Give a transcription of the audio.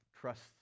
trust